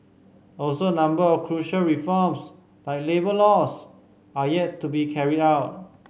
also a number of crucial reforms like labour laws are yet to be carried out